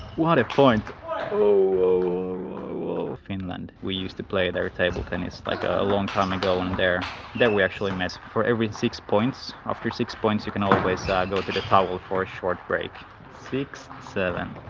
what a point oh finland we used to play there table tennis like a long time ago in there then we actually met for every six points after six points, you can always ah and go to the towel for a short break six seven